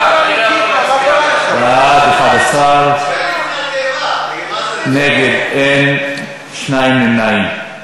ההצעה להעביר את הצעת חוק חופש המידע (תיקון מס' 9)